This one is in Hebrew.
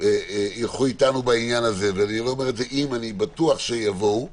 ילכו איתנו בעניין הזה, ואני בטוח שהם יבואו,